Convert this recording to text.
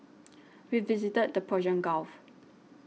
we visited the Persian Gulf